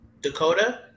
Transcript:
Dakota